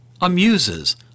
amuses